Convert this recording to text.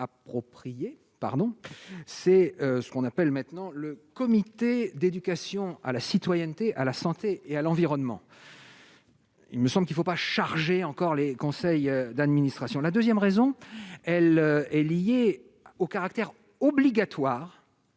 c'est ce qu'on appelle maintenant le comité d'éducation à la citoyenneté, à la santé et à l'environnement. Il me semble, il ne faut pas charger encore les conseils d'administration, la 2ème raison, elle est liée au caractère obligatoire